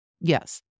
Yes